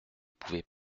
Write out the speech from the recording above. pouvez